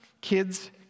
kids